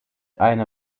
eine